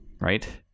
right